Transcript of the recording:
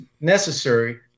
necessary